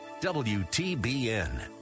WTBN